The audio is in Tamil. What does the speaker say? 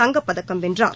தங்கப்பதக்கம் வென்றார்